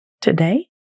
today